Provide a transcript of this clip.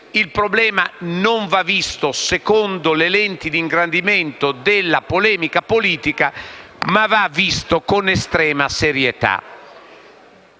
il problema non va visto secondo le lenti di ingrandimento della polemica politica, ma con estrema serietà.